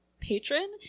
patron